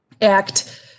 act